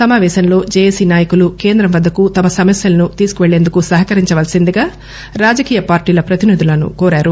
సమాపేశంలో జేఏసీ నాయకులు కేంద్రం వద్దకు తమ సమస్కలను తీసుకుపెళ్లేందుకు సహకరించవలసిందిగా రాజకీయ పార్టీల ప్రతినిధులను కోరారు